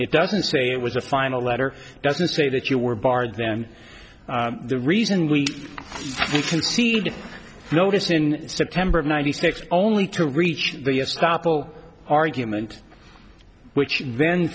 it doesn't say it was a final letter doesn't say that you were barred then the reason we conceded notice in september of ninety six only to reach the stoppel argument which then